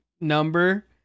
number